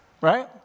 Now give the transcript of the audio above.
right